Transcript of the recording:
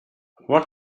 what